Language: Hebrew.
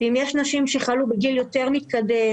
אם יש נשים שחלו בגיל יותר מתקדם,